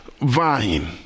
Vine